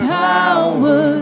power